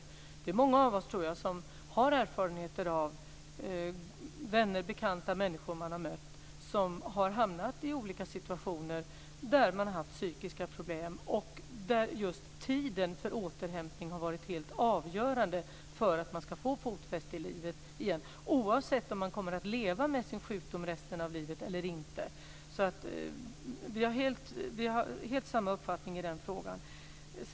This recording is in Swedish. Jag tror att det är många av oss som har erfarenheter av vänner, bekanta och människor som vi har mött som har hamnat i olika situationer då man har haft psykiska problem och där just tiden för återhämtning har varit helt avgörande för att få fotfäste i livet igen, oavsett om man kommer att leva med sin sjukdom resten av livet eller inte. Vi har därför helt samma uppfattning i denna fråga.